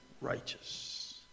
righteous